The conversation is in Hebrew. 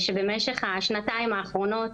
במשך השנתיים האחרונות,